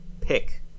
pick